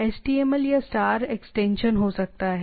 HTML या star html extension हो सकता है